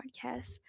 podcast